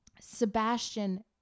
Sebastian